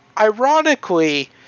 Ironically